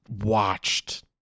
watched